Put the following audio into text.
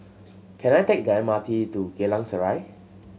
can I take the M R T to Geylang Serai